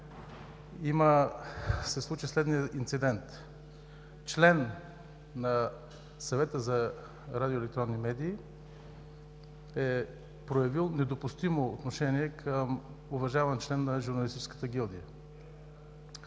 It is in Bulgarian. се случи следният инцидент: член на Съвета за електронни медии е проявил недопустимо отношение към уважаван член на журналистическата гилдия.